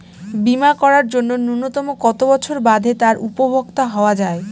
বীমা করার জন্য ন্যুনতম কত বছর বাদে তার উপভোক্তা হওয়া য়ায়?